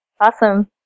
Awesome